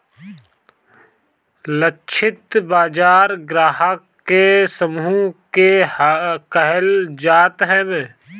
लक्षित बाजार ग्राहक के समूह के कहल जात हवे